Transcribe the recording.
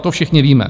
To všichni víme.